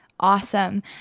Awesome